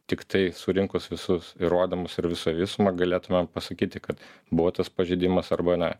tiktai surinkus visus įrodymus ir visoj visumą galėtumėm pasakyti kad buvo tas pažeidimas arba ne